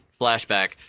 flashback